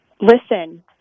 listen